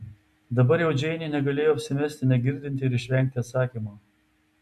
dabar jau džeinė negalėjo apsimesti negirdinti ir išvengti atsakymo